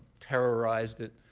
terrorized it,